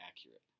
accurate